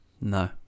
No